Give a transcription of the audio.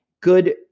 good